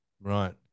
Right